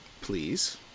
please